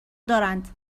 دارند